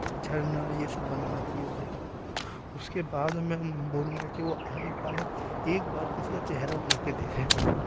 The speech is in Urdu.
جھرنا یہ سب بنانا چاہیے اسے اس کے بعد میں بولوں گا کہ وہ ایک بار ایک بار کسی کا چہرہ بنا کے دیکھے